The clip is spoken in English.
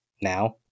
now